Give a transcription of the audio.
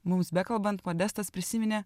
mums bekalbant modestas prisiminė